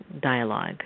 dialogue